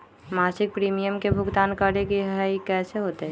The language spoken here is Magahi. मासिक प्रीमियम के भुगतान करे के हई कैसे होतई?